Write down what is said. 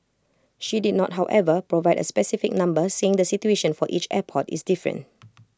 she did not however provide A specific number saying the situation for each airport is different